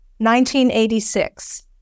1986